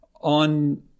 on